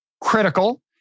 critical